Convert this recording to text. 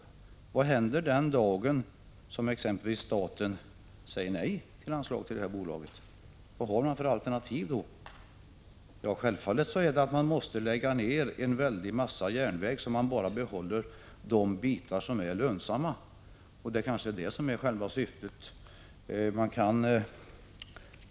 För vad händer exempelvis den dag då staten säger nej till anslag till detta bolag? Vilka alternativ finns det då? Självfallet måste en väldig massa järnväg läggas ner, och bara de bitar som är lönsamma kan behållas. Jag befarar att det är själva syftet.